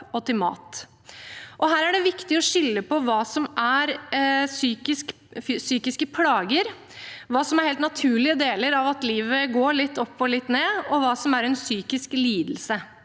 Her er det viktig å skille mellom hva som er psykiske plager – hva som er en helt naturlig del av at livet går litt opp og litt ned – og hva som er en psykisk lidelse.